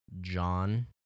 John